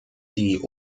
die